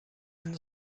einen